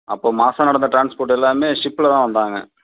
அப்போ மாதம் நடந்த டிரான்ஸ்போட் எல்லாமே ஷிப்பில் தான் வந்தாங்க